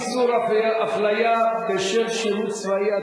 איסור הפליה בשל שירות צבאי),